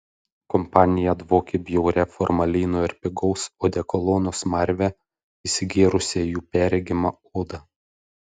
kompanija dvokė bjauria formalino ir pigaus odekolono smarve įsigėrusią į jų perregimą odą